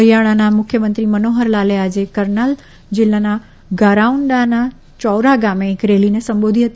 હરિયાણાના મુખ્યમંત્રી મનોહરલાલે આજે કર્નાલ જિલ્લાના ગારાઉન્ડાના ચૌરા ગામે એક રેલીને સંબોધી હતી